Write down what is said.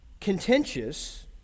Contentious